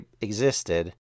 existed